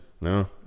No